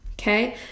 Okay